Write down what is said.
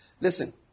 listen